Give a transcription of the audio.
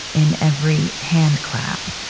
in every handclap,